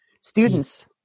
Students